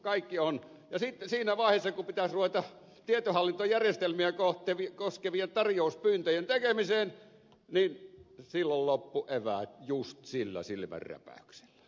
kaikki on ja siinä vaiheessa kun pitäisi ruveta tietohallintojärjestelmiä koskevien tarjouspyyntöjen tekemiseen loppuvat eväät just sillä silmänräpäyksellä